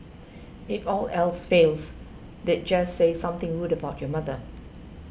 if all else fails they'd just say something rude about your mother